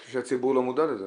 אני חושב שהציבור לא מודע לזה.